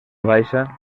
baixa